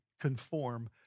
conform